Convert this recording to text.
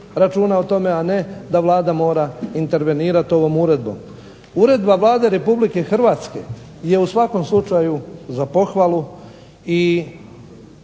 računa o tome, a ne da Vlada mora intervenirati ovom uredbom. Uredba Vlade Republike Hrvatske je u svakom slučaju za pohvalu i